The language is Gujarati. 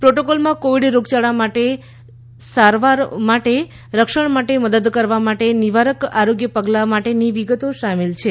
પ્રોટોકોલમાં કોવિડ રોગયાળા સામે રક્ષણ માટે મદદ કરવા માટે નિવારક આરોગ્ય પગલાં માટેનીવિગતો શામેલ છે